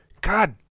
God